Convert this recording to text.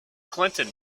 clinton